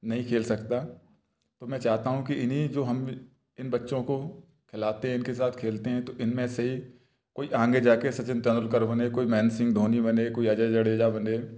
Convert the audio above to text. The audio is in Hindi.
नहीं खेल सकता तो मैं चाहता हूँ कि इन्हीं जो हम इन बच्चों को खिलाते हैं इनके साथ खेलते हैं तो इनमें से कोई आगे जाकर सचिन तेंदुलकर बने कोई महेंद्र सिंह धोनी बने कोई अजय जडेजा बने